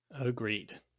Agreed